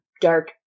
dark